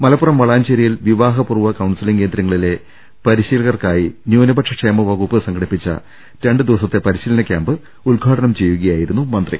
മലപ്പുറം വളാഞ്ചേരിയിൽ വിവാഹപൂർവ്വ കൌൺസലിംഗ് കേന്ദ്രങ്ങ ളിലെ പരിശീലകർക്കായി ന്യൂനപക്ഷ ക്ഷേമവകുപ്പ് സംഘ ടിപ്പിച്ച രണ്ടുദിവസത്തെ പരിശീലന കൃാമ്പ് ഉദ്ഘാടനം ചെയ്യു കയായിരുന്നു മന്ത്രി